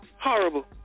Horrible